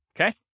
Okay